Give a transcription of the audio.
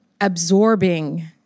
absorbing